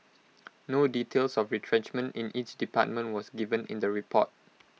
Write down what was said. no details of retrenchment in each department was given in the report